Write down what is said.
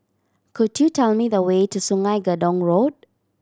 could you tell me the way to Sungei Gedong Road